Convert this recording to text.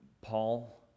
Paul